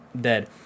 dead